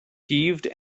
heaved